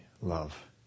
love